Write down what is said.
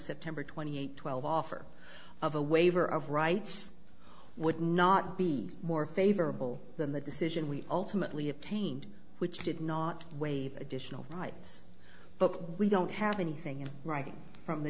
september twenty eighth twelve offer of a waiver of rights would not be more favorable than the decision we ultimately obtained which did not waive additional rights but we don't have anything in writing from the